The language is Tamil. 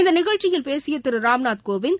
இந்த நிகழ்ச்சியில் பேசிய திரு ராம்நாத் கோவிந்த்